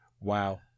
wow